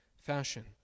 fashion